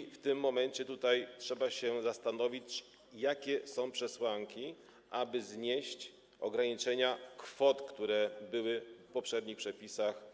I w tym momencie trzeba się zastanowić, jakie są przesłanki, aby znieść ograniczenia kwot, które były w poprzednich przepisach